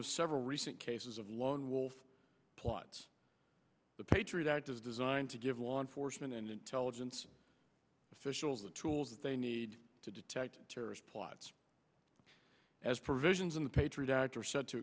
of several recent cases of lone wolf plots the patriot act is designed to give law enforcement and intelligence officials the tools that they need to detect terrorist plots as provisions in the patriot act are set to